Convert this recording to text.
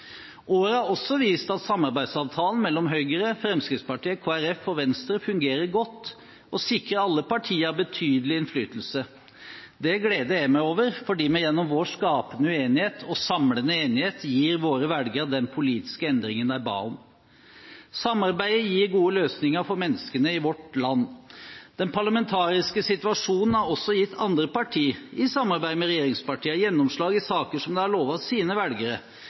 Året har også vist at samarbeidsavtalen mellom Høyre, Fremskrittspartiet, Kristelig Folkeparti og Venstre fungerer godt og sikrer alle partiene betydelig innflytelse. Det gleder jeg meg over, fordi vi gjennom vår skapende uenighet og samlende enighet gir våre velgere den politiske endringen de ba om. Samarbeidet gir gode løsninger for menneskene i vårt land. Den parlamentariske situasjonen har også gitt andre partier, i samarbeid med regjeringspartiene, gjennomslag i saker som de hadde lovet sine velgere.